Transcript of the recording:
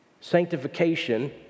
Sanctification